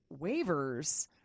waivers